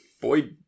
boy